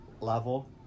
level